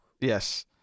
Yes